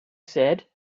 said